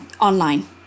online